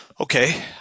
Okay